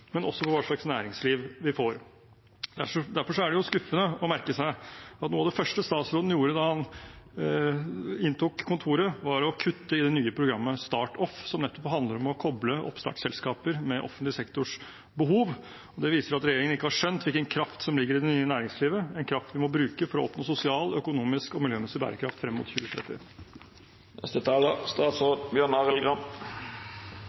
men også for hva slags næringsliv vi får. Derfor er det skuffende å merke seg at noe av det første statsråden gjorde da han inntok kontoret, var å kutte i det nye programmet StartOff, som nettopp handler om å koble oppstartsselskaper med offentlig sektors behov. Det viser at regjeringen ikke har skjønt hvilken kraft som ligger i det nye næringslivet, en kraft vi må bruke for å oppnå sosial, økonomisk og miljømessig bærekraft frem mot 2030.